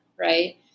right